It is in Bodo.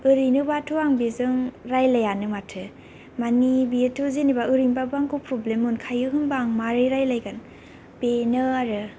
ओरैनोबाथ' आं बेजों रायलायानो माथो मानि बियोथ' जेन'बा ओरैनोबाबो आंखौ प्रब्लेम मोनखायो होनबा आं मारै रायलायगोन बेनो आरो